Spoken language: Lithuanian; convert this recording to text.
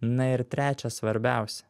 na ir trečia svarbiausia